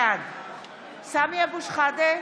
סמי אבו שחאדה,